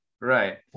right